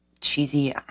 Cheesy